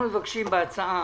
אנחנו מבקשים בהצעה